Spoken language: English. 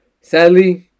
Sadly